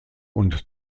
und